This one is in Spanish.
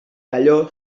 calló